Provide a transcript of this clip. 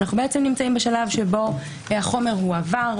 אנחנו נמצאים בשלב שבו החומר הועבר,